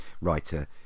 writer